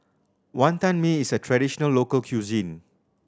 Wonton Mee is a traditional local cuisine